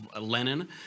lenin